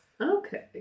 Okay